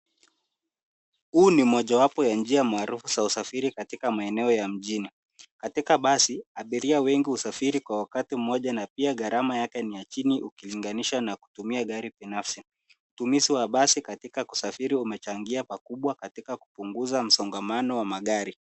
Huu ni moja wapo wa njia maarufu za usafiri katika maeneo ya mjini. Katika basi, abiria wengi husafiri kwa wakati moja na pia gharama yake ni ya chini ukilinganisha na kutumia gari binafsi. Utumizi wa basi katika kusafiri umechangia pakubwa katika kupunguza msongamano wa magari.